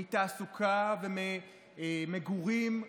מתעסוקה וממגורים,